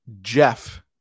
Jeff